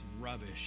rubbish